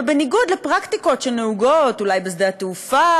בניגוד לפרקטיקות שנהוגות אולי בשדה התעופה,